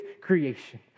creation